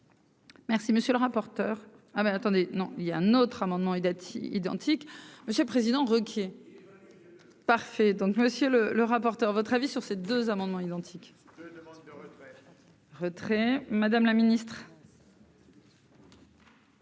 Merci, monsieur le rapporteur, ah mais attendez, non, il y a un autre amendement et Dati identique, monsieur le Président, Ruquier parfait, donc Monsieur le le rapporteur, votre avis sur ces deux amendements identiques : retrait, Madame la Ministre.